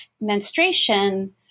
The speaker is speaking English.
menstruation